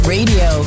Radio